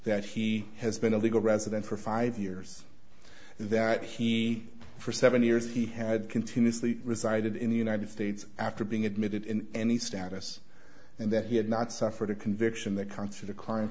that he has been a legal resident for five years that he for seven years he had continuously resided in the united states after being admitted in any status and that he had not suffered a conviction that con